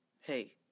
hey